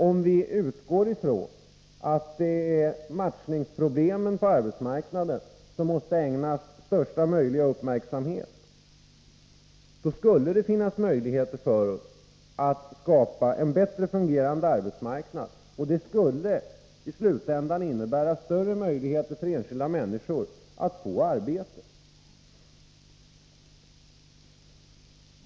Om vi utgår från att det är matchningsproblemen på arbetsmarknaden som måste ägnas största möjliga uppmärksamhet, då skulle det finnas möjligheter för oss att skapa en bättre fungerande arbetsmarknad, och det skulle i slutändan innebära större möjligheter för enskilda människor att få arbete.